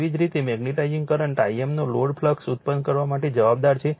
એવી જ રીતે મેગ્નેટાઇઝ કરંટ Im નો લોડ ફ્લક્સ ઉત્પન્ન કરવા માટે જવાબદાર છે